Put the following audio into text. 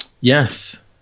Yes